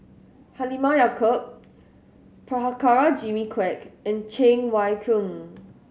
Halimah Yacob Prabhakara Jimmy Quek and Cheng Wai Keung